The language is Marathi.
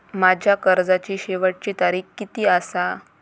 माझ्या कर्जाची शेवटची तारीख किती आसा?